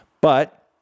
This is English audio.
But-